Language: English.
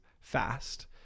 fast